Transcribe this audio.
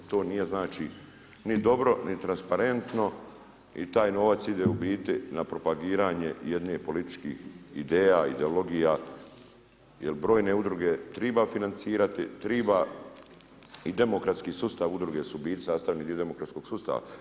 To nije ni dobro ni transparentno i taj novac ide u biti na propagiranje jedne političkih ideja, ideologija, jer brojne udruge treba financirati treba i demokratski sustav udruge su u biti sastavni dio demografskog sustava.